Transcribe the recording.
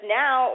now